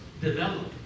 develop